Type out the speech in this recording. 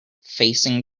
facing